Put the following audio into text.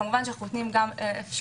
כמובן, אנחנו נותנים גם אפשרות